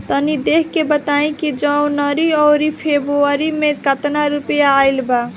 तनी देख के बताई कि जौनरी आउर फेबुयारी में कातना रुपिया आएल बा?